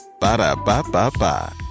Ba-da-ba-ba-ba